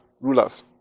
rulers